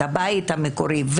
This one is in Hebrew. הבית המקורי,